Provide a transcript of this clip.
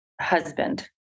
husband